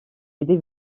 yedi